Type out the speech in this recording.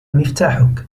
مفتاحك